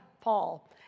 Paul